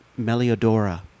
Meliodora